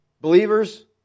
Believers